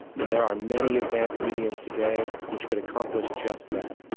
and there are many advanced mediums today which could accomplish just that,